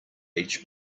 each